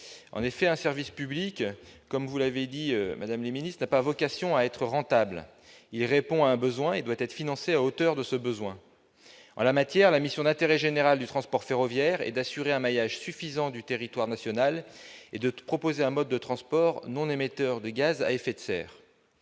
En effet, un service public, comme vous l'avez dit, madame la ministre, n'a pas vocation à être rentable : il doit répondre à un besoin et être financé à la hauteur de ce besoin. La mission d'intérêt général du transport ferroviaire est d'assurer un maillage suffisant du territoire national et de proposer un mode de transport non émetteur de gaz à effet de serre.